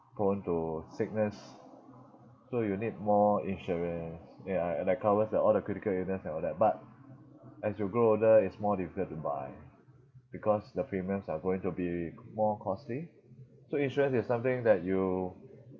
prone to sickness so you need more insurance ya that covers the all the critical illness and all that but as you grow older it's more difficult to buy because the premiums are going to be more costly so insurance is something that you